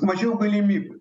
mažiau galimybių